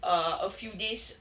err a few days